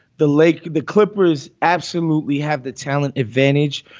the lake, the clippers absolutely have the talent advantage.